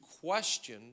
question